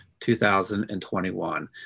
2021